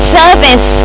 service